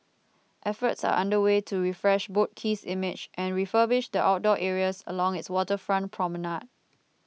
efforts are under way to refresh Boat Quay's image and refurbish the outdoor areas along its waterfront promenade